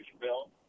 Bill